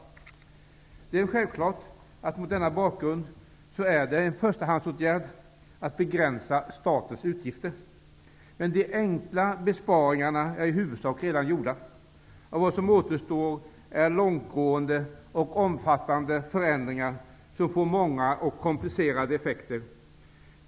Det är självklart att det mot denna bakgrund är en förstahandsåtgärd att begränsa statens utgifter. Men de enkla besparingarna är i huvudsak redan gjorda, och vad som återstår är långtgående och omfattande förändringar som får många och komplicerade effekter.